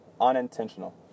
unintentional